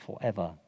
forever